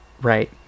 right